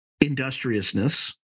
industriousness